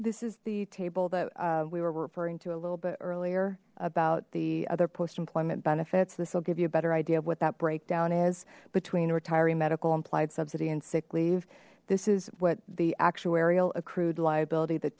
this is the table that we were referring to a little bit earlier about the other post employment benefits this will give you a better idea of what that breakdown is between retiree medical implied subsidy and sick leave this is what the actuarial accrued liability the